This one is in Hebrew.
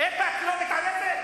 איפא"ק לא מתערבת?